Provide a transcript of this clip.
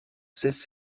cesse